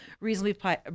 reasonably